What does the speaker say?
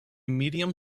medium